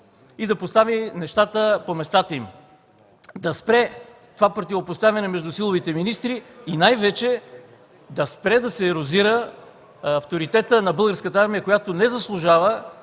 и да постави нещата по местата им, да спре това противопоставяне между силовите министри и най-вече да спре да се ерозира авторитетът на Българската армия, която не заслужава